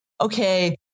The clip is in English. okay